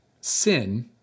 Sin